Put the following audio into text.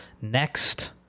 next